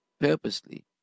purposely